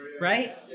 right